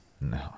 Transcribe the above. no